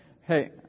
hey